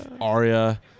Arya